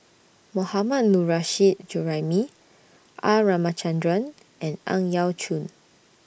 Mohammad Nurrasyid Juraimi R Ramachandran and Ang Yau Choon